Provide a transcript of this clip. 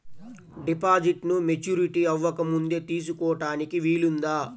డిపాజిట్ను మెచ్యూరిటీ అవ్వకముందే తీసుకోటానికి వీలుందా?